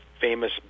famous